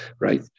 right